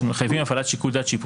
שמחייבים הפעלת שיקול דעת שיפוטי,